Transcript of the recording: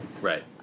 Right